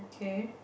okay